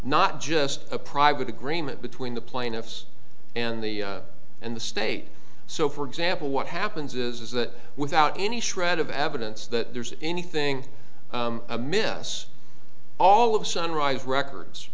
not just a private agreement between the plaintiffs and the and the state so for example what happens is that without any shred of evidence that there's anything amiss all of sunrise record